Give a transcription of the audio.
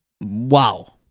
Wow